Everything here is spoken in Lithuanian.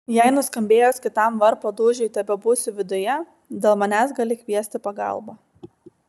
jei nuskambėjus kitam varpo dūžiui tebebūsiu viduje dėl manęs gali kviesti pagalbą